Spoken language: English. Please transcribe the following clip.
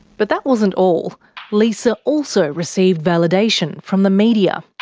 but that wasn't all lisa also received validation from the media.